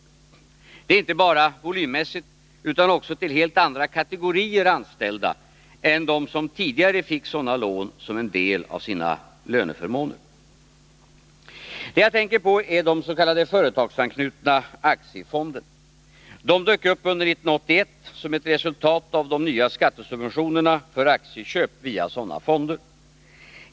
Detta gäller inte bara volymmässigt, utan lånen har även getts till helt andra kategorier anställda än de som tidigare fick sådana lån som en del av sina löneförmåner. Det jag tänker på är de s.k. företagsanknutna aktiefonderna. De dök upp under 1981 som ett resultat av de nya skattesubventionerna för aktieköp via sådana fonder.